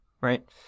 right